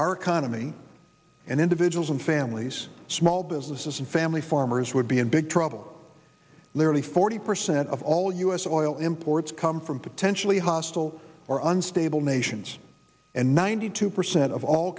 our economy and individuals and families small businesses and family farmers would be in big trouble nearly forty percent of all u s oil imports come from potentially hostile or unstable nations and ninety two percent of all